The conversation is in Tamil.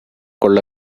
கொள்ள